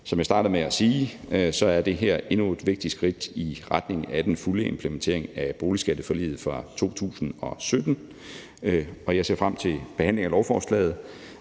Som jeg startede med at sige, er det her endnu et vigtigt skridt i retning af den fulde implementering af boligskatteforliget fra 2017, og jeg ser frem til behandling af lovforslaget,